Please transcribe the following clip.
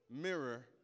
mirror